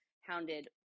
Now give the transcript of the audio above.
hounded